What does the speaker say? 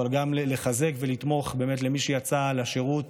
אבל גם לחזק ולתמוך במי שיצא לשירות,